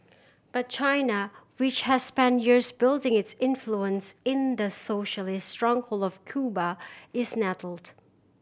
but China which has spent years building its influence in the socialist stronghold of Cuba is nettled